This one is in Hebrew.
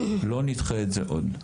לא נדחה את זה עוד.